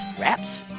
wraps